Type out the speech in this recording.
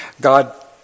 God